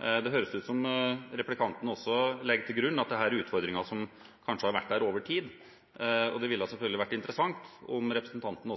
Det høres ut som om replikanten også legger til grunn at dette er utfordringer som kanskje har vært der over tid, og det ville selvfølgelig vært interessant om representanten